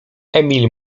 emil